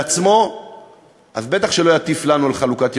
כשלעצמו, אז בטח שלא יטיף לנו על חלוקת ירושלים.